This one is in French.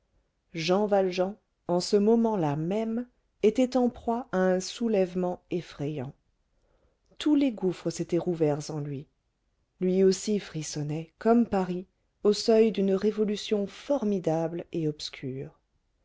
jean valjean en ce moment-là même était en proie à un soulèvement effrayants tous les gouffres s'étaient rouverts en lui lui aussi frissonnait comme paris au seuil d'une révolution formidable et obscure